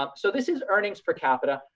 um so this is earnings per capita.